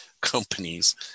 companies